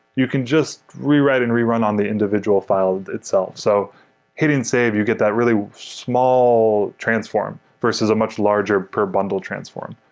you can just rewrite and rerun on the individual file itself. so hitting save, you get that really small transform versus a much larger per bundle transform.